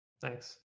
Thanks